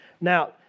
Now